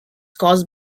caused